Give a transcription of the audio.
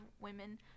women